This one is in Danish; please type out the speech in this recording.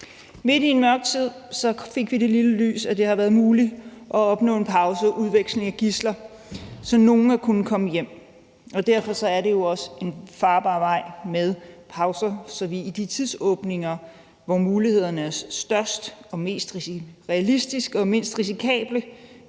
Midt i en mørk tid fik vi det lille lys, at det har været muligt at opnå en pause og udveksling af gidsler, så nogle af dem kunne komme hjem. Derfor er det jo også en farbar vej med pauser, så vi i de tidsåbninger, hvor mulighederne er størst og mest realistiske og mindst risikable,